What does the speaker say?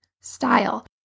style